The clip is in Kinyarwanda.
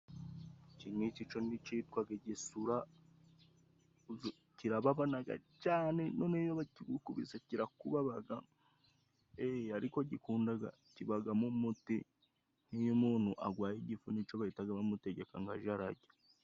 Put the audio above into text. Iki ng'iki ni co citwaga igisura, kirababanaga cyane! Noneho iyo bakigukubise kirakubabaga e ariko gikundaga kibagamo umuti. Nk'iyo umuntu agwaye igifu ni co bahitaga bamutegeka ngo aje ararya.